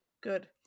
Good